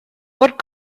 what